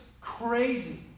crazy